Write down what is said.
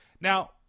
Now